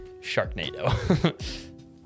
Sharknado